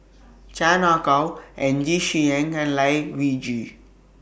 Chan Ah Kow Ng Yi Sheng and Lai Weijie